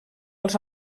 als